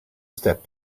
step